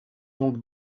donc